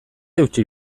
eutsi